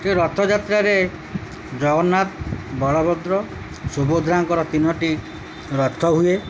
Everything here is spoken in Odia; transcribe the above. ସେ ରଥଯାତ୍ରାରେ ଜଗନ୍ନାଥ ବଳଭଦ୍ର ସୁଭଦ୍ରାଙ୍କର ତିନୋଟି ରଥ ହୁଏ